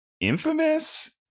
infamous